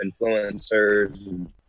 influencers